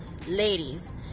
Ladies